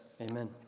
Amen